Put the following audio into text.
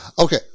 Okay